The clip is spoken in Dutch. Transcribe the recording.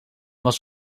was